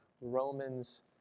Romans